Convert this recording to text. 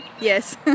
Yes